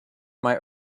might